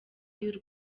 y’u